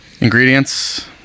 Ingredients